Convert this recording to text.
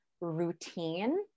Routine